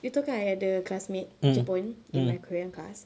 you tahu kan I ada classmate jepun in my korean class